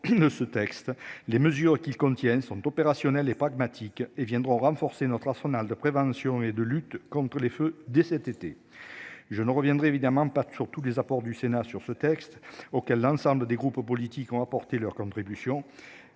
ne ce texte les mesures qu'ils contiennent sont opérationnels et pragmatique et viendront renforcer notre arsenal de prévention et de lutte contre les feux dès cet été. Je ne reviendrai évidemment pas surtout les apports du Sénat sur ce texte, auquel l'ensemble des groupes politiques ont apporté leur contribution